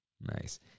Nice